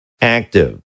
Active